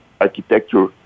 architecture